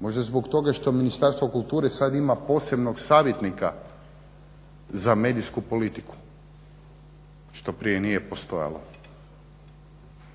Možda zbog toga što Ministarstvo kulture sad ima posebnog savjetnika za medijsku politiku što prije nije postojalo,